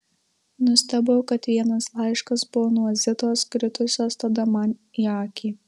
nustebau kad vienas laiškas buvo nuo zitos kritusios tada man į akį